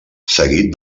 seguit